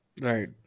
Right